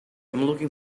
looking